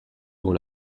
dans